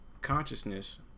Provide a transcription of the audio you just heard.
consciousness